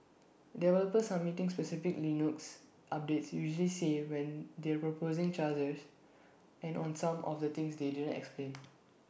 developers submitting specific Linux updates usually say when they're proposing chargers and on some of the things they didn't explain